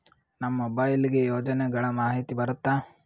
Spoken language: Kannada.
ನಮ್ ಮೊಬೈಲ್ ಗೆ ಯೋಜನೆ ಗಳಮಾಹಿತಿ ಬರುತ್ತ?